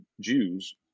Jews